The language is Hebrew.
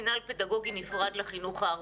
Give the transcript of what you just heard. מנהל פדגוגי נפרד לחינוך הערבי.